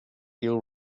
deal